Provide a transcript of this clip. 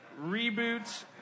Reboots